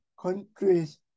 countries